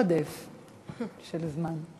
עודף של זמן.